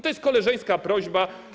To jest koleżeńska prośba.